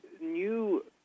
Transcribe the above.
new